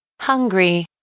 Hungry